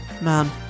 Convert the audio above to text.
man